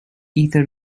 ether